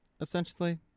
Essentially